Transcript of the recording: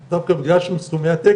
כי אם יהיה לנו מצב תחבורתי יותר סביר,